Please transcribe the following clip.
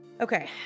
okay